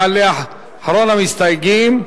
יעלה אחרון המסתייגים,